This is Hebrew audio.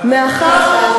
מאחר,